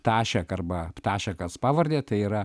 ptašek arba ptašakas pavardę tai yra